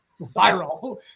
viral